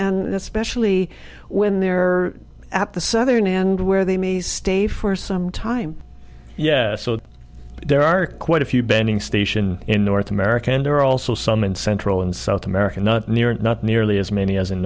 and especially when they're at the southern end where they may stay for some time yeah so there are quite a few bending station in north america and there are also some in central and south america not near it not nearly as many as in